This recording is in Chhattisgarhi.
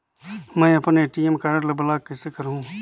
मै अपन ए.टी.एम कारड ल ब्लाक कइसे करहूं?